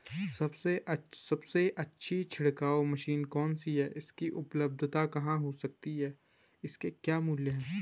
सबसे अच्छी छिड़काव मशीन कौन सी है इसकी उपलधता कहाँ हो सकती है इसके क्या मूल्य हैं?